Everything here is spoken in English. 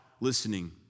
listening